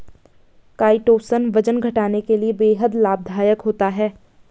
chitosan वजन घटाने के लिए बेहद लाभदायक होता है